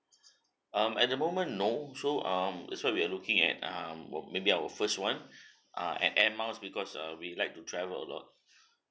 um at the moment no so um that's why we are looking at um wo~ maybe our first one ah air air miles because uh we like to travel a lot